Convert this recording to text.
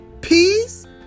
peace